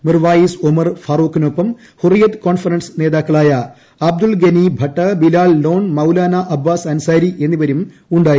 മിർവായിസ് ഒമർ ഫറൂഖിനൊപ്പം ഹൂറിയത് കോൺഫറൻസ് നേതാക്കളായ അബ്ദുൾഗനി ഭട്ട് ബിലാൽ ലോൺ മൌലാന അബ്ബാസ് അൻസാരി എന്നിവരുമുണ്ടായിരുന്നു